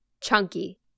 Chunky